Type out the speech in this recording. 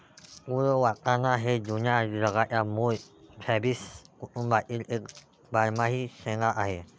तूर वाटाणा हे जुन्या जगाच्या मूळ फॅबॅसी कुटुंबातील एक बारमाही शेंगा आहे